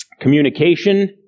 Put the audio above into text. communication